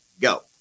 Go